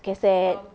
cassette